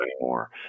anymore